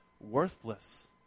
worthless